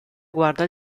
guarda